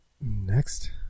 next